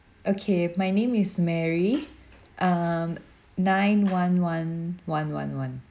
okay my name is mary um nine one one one one one